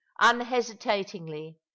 unhesitatingly